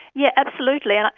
yeah absolutely, and